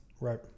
Right